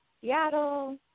Seattle